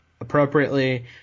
appropriately